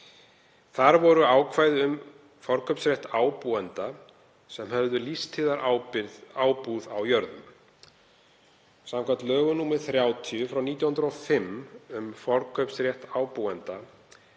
Þar voru ákvæði um forkaupsrétt ábúenda sem höfðu lífstíðarábúð á jörðum. Samkvæmt lögum nr. 30/1905, um forkaupsrétt ábúenda,